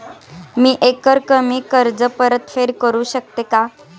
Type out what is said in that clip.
मी एकरकमी कर्ज परतफेड करू शकते का?